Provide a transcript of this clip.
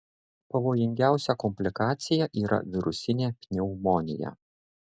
pavojingiausia komplikacija yra virusinė pneumonija